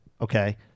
okay